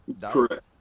correct